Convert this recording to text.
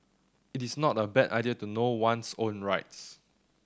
it is not a bad idea to know one's own rights